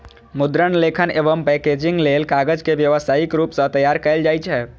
मुद्रण, लेखन एवं पैकेजिंग लेल कागज के व्यावसायिक रूप सं तैयार कैल जाइ छै